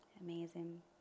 amazing